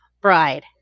bride